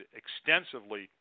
extensively